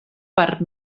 per